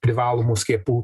privalomų skiepų